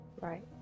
Right